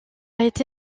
été